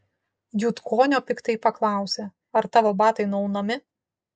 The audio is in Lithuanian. jutkonio piktai paklausė ar tavo batai nuaunami